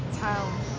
town